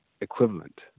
equivalent